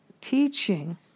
teaching